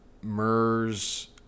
MERS